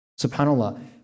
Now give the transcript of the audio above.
SubhanAllah